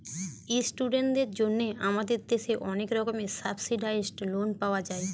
ইস্টুডেন্টদের জন্যে আমাদের দেশে অনেক রকমের সাবসিডাইসড লোন পাওয়া যায়